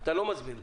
אתה לא מסביר לי.